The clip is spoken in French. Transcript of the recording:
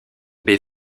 baie